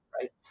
right